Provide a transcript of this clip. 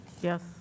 yes